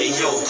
yo